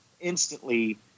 instantly